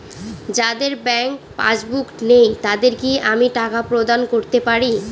যাদের bank passbook নেই তাদের কি আমি টাকা প্রদান করতে পারি?